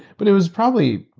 but it was probably,